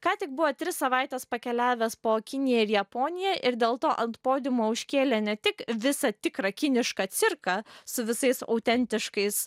ką tik buvo tris savaites pakeliavęs po kiniją ir japoniją ir dėl to ant podiumo užkėlė ne tik visą tikrą kinišką cirką su visais autentiškais